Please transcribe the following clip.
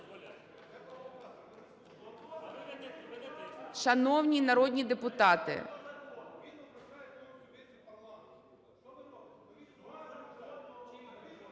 Шановні народні депутати!